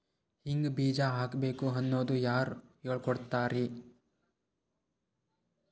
ಹಿಂಗ್ ಬೀಜ ಹಾಕ್ಬೇಕು ಅನ್ನೋದು ಯಾರ್ ಹೇಳ್ಕೊಡ್ತಾರಿ?